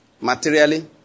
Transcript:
Materially